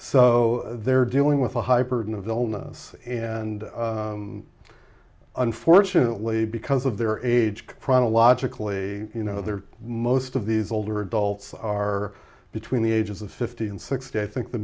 so they're dealing with a hyper than of illness and unfortunately because of their age chronologically you know they're most of these older adults are between the ages of fifty and sixty i think the